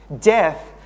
Death